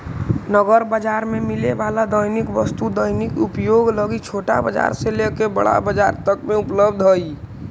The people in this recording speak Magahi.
नगर बाजार में मिले वाला दैनिक वस्तु दैनिक उपयोग लगी छोटा बाजार से लेके बड़ा बाजार तक में उपलब्ध हई